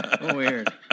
Weird